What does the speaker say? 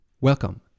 Welcome